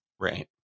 right